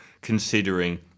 considering